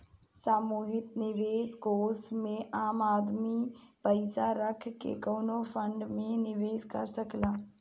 सामूहिक निवेश कोष में आम आदमी पइसा रख के कवनो फंड में निवेश कर सकता